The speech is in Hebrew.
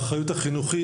האחריות החינוכית,